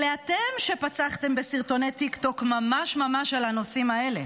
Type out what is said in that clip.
אתם אלה שפצחתם בסרטוני טיקטוק ממש ממש על הנושאים האלה.